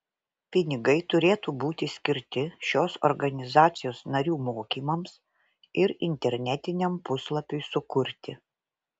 pinigai turėtų būti skirti šios organizacijos narių mokymams ir internetiniam puslapiui sukurti